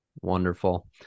Wonderful